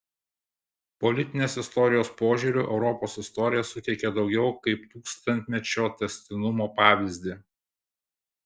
politinės istorijos požiūriu europos istorija suteikia daugiau kaip tūkstantmečio tęstinumo pavyzdį